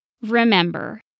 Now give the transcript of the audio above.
Remember